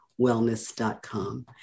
wellness.com